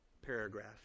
paragraph